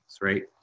right